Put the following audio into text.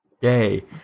Yay